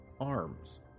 Arms